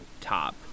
top